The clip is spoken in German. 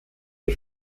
die